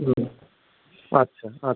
হুম আচ্ছা আচ্ছা